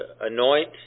anoint